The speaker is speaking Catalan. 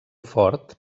fort